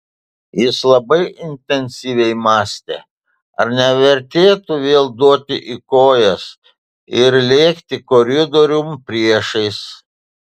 jis labai intensyviai mąstė ar nevertėtų vėl duoti į kojas ir lėkti koridoriun priešais